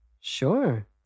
Sure